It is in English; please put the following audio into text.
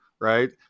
right